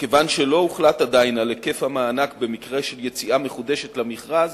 כיוון שלא הוחלט עדיין על היקף המענק במקרה של יציאה מחודשת למכרז,